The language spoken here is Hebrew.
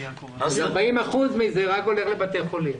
אז 40 אחוזים מהסכום הזה הולכים לבתי חולים.